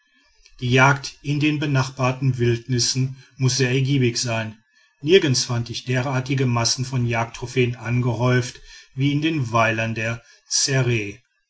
die jagd in den benachbarten wildnissen muß sehr ergiebig sein nirgends fand ich derartige massen von jagdtrophäen angehäuft wie in den weilern der ssere